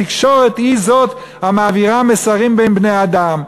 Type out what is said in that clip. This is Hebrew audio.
התקשורת היא זו שמעבירה מסרים בין בני-אדם.